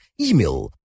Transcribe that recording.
email